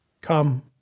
Come